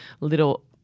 little